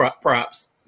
props